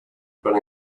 but